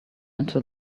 until